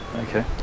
Okay